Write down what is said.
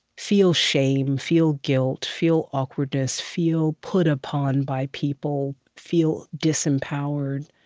feel shame, feel guilt, feel awkwardness, feel put-upon by people, feel disempowered,